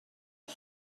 and